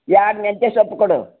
ಎರಡು ಮೆಂತ್ಯೆ ಸೊಪ್ಪು ಕೊಡು